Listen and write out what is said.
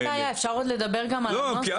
אין בעיה, אפשר עוד לדבר על הנוסח?